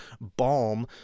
balm